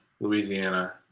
Louisiana